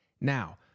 Now